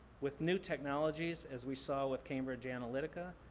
with new technologies, as we saw with cambridge analytica,